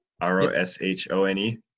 R-O-S-H-O-N-E